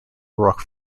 rock